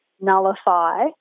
nullify